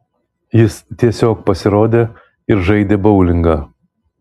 jis tiesiog pasirodė ir žaidė boulingą